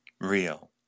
real